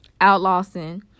Outlawson